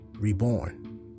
Reborn